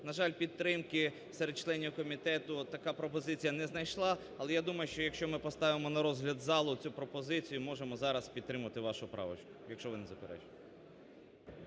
На жаль, підтримки серед членів комітету така пропозиція не знайшла, але якщо я думаю, що, якщо ми поставимо на розгляд залу цю пропозицію, можемо зараз підтримати вашу правочку. Якщо ви не заперечуєте.